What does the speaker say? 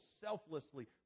selflessly